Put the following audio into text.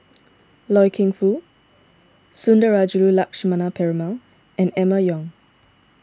Loy Keng Foo Sundarajulu Lakshmana Perumal and Emma Yong